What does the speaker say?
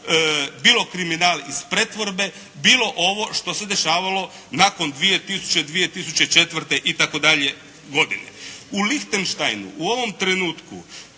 bilo kriminal iz pretvorbe, bilo ovo što se dešavalo nakon 2000., 2004. i tako dalje godine. U Lichtensteinu u ovom trenutku